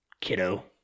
kiddo